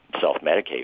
self-medicate